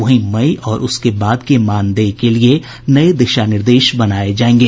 वहीं मई और उसके बाद के मानदेय के लिये नये दिशा निर्देश बनाये जायेंगे